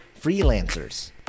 freelancers